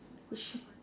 which